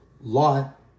Lot